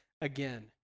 again